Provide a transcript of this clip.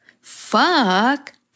Fuck